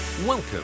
Welcome